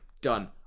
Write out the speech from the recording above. done